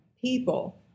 people